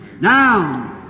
Now